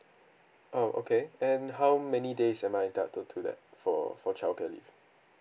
oh okay and how many days am I entitlted to to that for for childcare leave